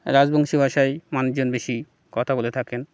রাজবংশী ভাষায় মানুষজন বেশি কথা বলে থাকেন